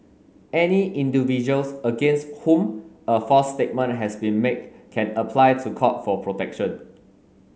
any individuals against whom a false statement has been make can apply to court for protection